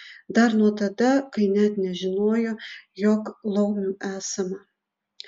dar nuo tada kai net nežinojo jog laumių esama